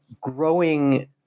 growing